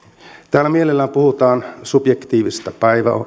täällä mielellään puhutaan subjektiivisesta